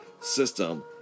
system